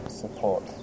support